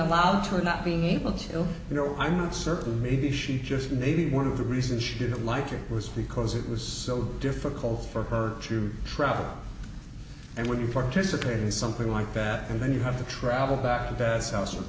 allowed to or not being able to feel you know i'm not certain maybe she just maybe one of the reason she didn't like your risk because it was so difficult for her to travel and when you participate in something like that and then you have to travel back to best house with